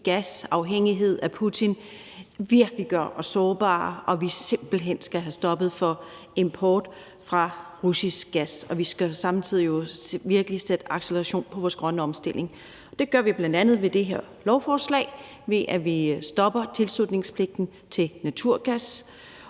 gasafhængighed af Putin virkelig gør os sårbare og vi simpelt hen skal have stoppet importen af russisk gas – og vi skal samtidig virkelig sætte acceleration på vores grønne omstilling. Det gør vi bl.a. med det her lovforslag, ved at vi afskaffer tilslutningspligten til naturgas,